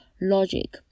logic